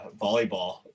volleyball